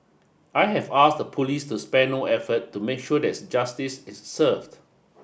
I have asked the police to spare no effort to make sure that justice is served